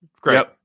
Great